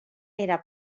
era